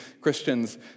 Christians